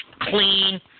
clean